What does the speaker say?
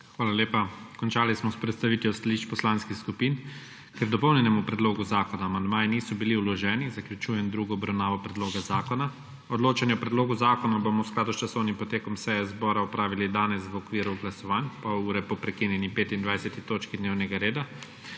Hvala lepa. Končali smo s predstavitvijo stališč poslanskih skupin. Ker k dopolnjenemu predlogu zakona amandmaji niso bili vloženi, zaključujem drugo obravnavo predloga zakona. Odločanje o predlogu zakona bomo v skladu s časovnim potekom seje zbora opravili danes v okviru glasovanj, pol ure po prekinjeni 25. točki dnevnega reda.